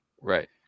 right